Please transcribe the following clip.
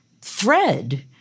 thread